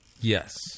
Yes